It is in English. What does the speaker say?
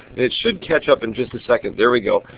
it should catch up in just a second there we go.